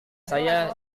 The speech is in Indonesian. saya